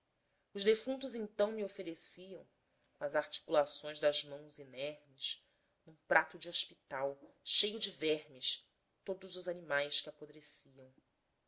os defuntos então me ofereciam com as articulações das mãos inermes num prato de hospital cheio de vermes todos os animais que apodreciam